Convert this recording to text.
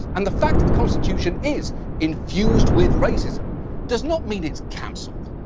and the fact the constitution is infused with racism does not mean it's canceled.